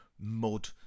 mud